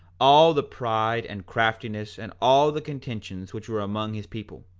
all the pride and craftiness and all the contentions which were among his people,